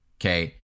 Okay